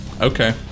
Okay